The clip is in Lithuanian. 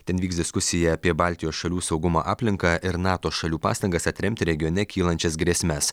ten vyks diskusija apie baltijos šalių saugumą aplinką ir nato šalių pastangas atremti regione kylančias grėsmes